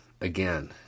again